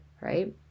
right